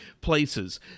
places